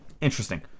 Interesting